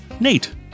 Nate